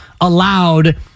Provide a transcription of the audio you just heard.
allowed